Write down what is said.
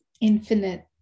infinite